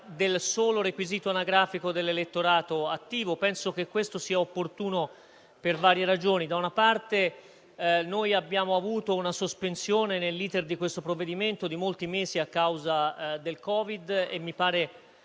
del solo requisito anagrafico dell'elettorato attivo. Penso che questo sia opportuno per varie ragioni: in primo luogo, noi abbiamo avuto una sospensione dell'*iter* di questo provvedimento di molti mesi a causa del Covid e mi pare